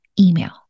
email